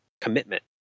commitment